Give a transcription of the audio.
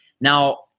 Now